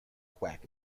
quack